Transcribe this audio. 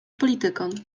politykom